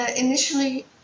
initially